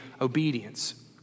obedience